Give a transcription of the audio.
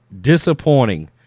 disappointing